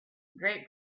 great